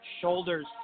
shoulders